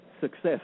success